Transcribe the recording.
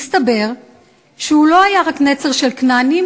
מסתבר שהוא לא היה רק נצר של כנענים,